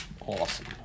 Awesome